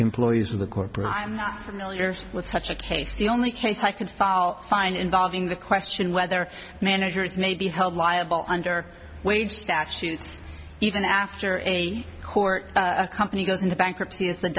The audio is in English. employees of the corporate i'm not familiar with such a case the only case i could find involving the question whether managers may be held liable under waive statutes even after a court a company goes into bankruptcy is